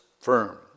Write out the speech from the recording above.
firm